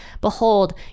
behold